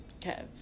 Kev